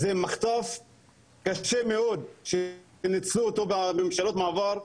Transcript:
זה מחטף קשה מאוד שניצלו אותו בממשלות מעבר,